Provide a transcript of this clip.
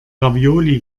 ravioli